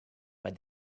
but